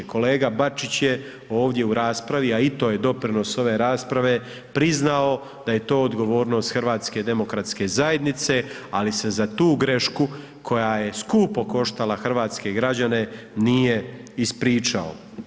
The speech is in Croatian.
Kolega Bačić je ovdje u raspravi, a i to je doprinos ove rasprave, priznao da je to odgovornost HDZ-a, ali se za tu grešku koja je skupo koštala hrvatske građane, nije ispričao.